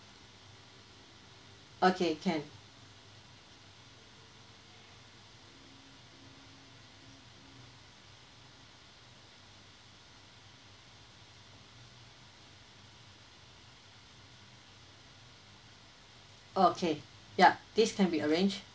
okay can okay yup this can be arranged